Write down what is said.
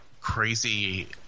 crazy